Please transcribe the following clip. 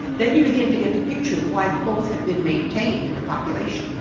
then you begin to get the picture of why both have been maintained in the population.